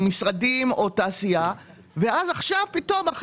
משרדים או תעשייה ואז פתאום עכשיו,